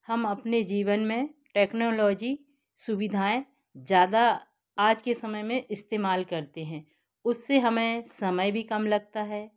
हम अपने जीवन में टेक्नोलॉजी सुविधाएँ ज़्यादा आज के समय में इस्तेमाल करते हैं उससे हमें समय भी कम लगता है